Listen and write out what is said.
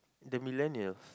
the millennials